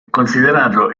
considerato